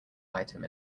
item